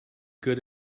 good